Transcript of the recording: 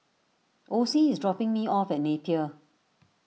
Osie is dropping me off at Napier